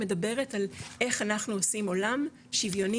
מדברת עכשיו על איך אנחנו עושים עולם שוויוני